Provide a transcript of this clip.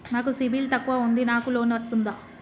నాకు సిబిల్ తక్కువ ఉంది నాకు లోన్ వస్తుందా?